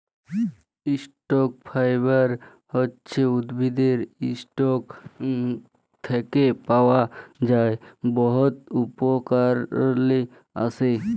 stock fibre হছে উদ্ভিদের ইসটক থ্যাকে পাওয়া যার বহুত উপকরলে আসে